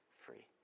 free